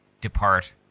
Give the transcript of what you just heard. depart